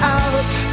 out